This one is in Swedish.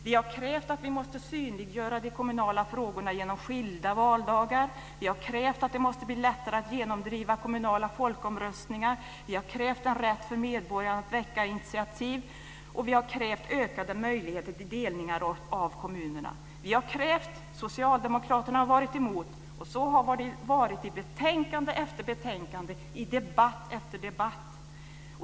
Vi har krävt att vi måste synliggöra de kommunala frågorna genom skilda valdagar. Vi har krävt att det måste bli lättare att genomdriva kommunala folkomröstningar. Vi har krävt en rätt för medborgare att väcka initiativ. Vi har krävt ökade möjligheter till delningar av kommunerna. Vi har krävt, och Socialdemokraterna har varit emot. Så har det varit i betänkande efter betänkande och i debatt efter debatt.